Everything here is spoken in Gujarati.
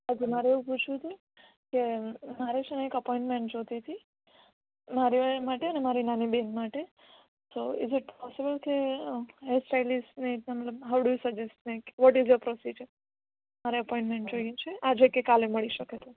હા જી મારે એવું પૂછવું હતું કે મારે છે ને એક અપોઇનમેન્ટ જોઈતી હતી મારે માટે અને મારી નાની બહેન માટે તો ઇઝ ઈટ પોસિબલ કે હેરસ્ટાઈલીસ્ટ ને મતલબ how do you suggest like what is the procedure મારે અપોઇન્મેન્ટ જોઈએ છે આજે કે કાલે મળી શકે તો